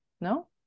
No